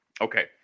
okay